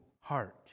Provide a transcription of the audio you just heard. heart